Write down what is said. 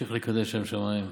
תמשיך לקדש שם שמיים.